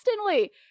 constantly